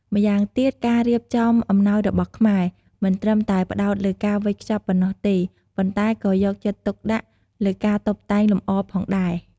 ម្យ៉ាងទៀត ការរៀបចំអំណោយរបស់ខ្មែរ មិនត្រឹមតែផ្តោតលើការវេចខ្ចប់ប៉ុណ្ណោះទេ ប៉ុន្តែក៏យកចិត្តទុកដាក់លើការតុបតែងលម្អផងដែរ។